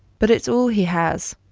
but it's all he has.